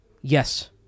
yes